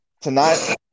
tonight